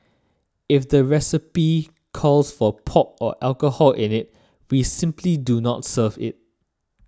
if the recipe calls for pork or alcohol in it we simply do not serve it